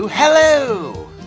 Hello